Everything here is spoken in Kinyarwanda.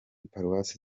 paruwasi